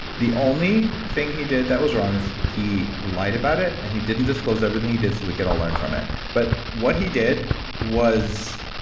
the only thing he did that was wrong is he lied about it and he didn't disclose everything he did so we could all learn from it. but what he did was